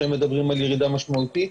והם מדברים על ירידה משמעותית,